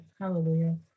Hallelujah